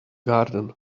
garden